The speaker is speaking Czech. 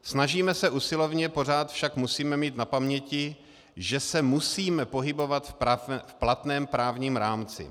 Snažíme se usilovně, pořád však musíme mít na paměti, že se musíme pohybovat v platném právním rámci.